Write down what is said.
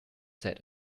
said